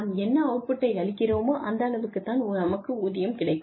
நாம் என்ன அவுட் பூட்டை அளிக்கிறோமோ அந்த அளவுக்குத் தான் நமக்கு ஊதியம் கிடைக்கும்